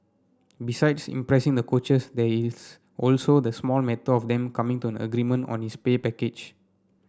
besides impressing the coaches there is also the small matter of them coming to an agreement on his pay package